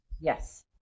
Yes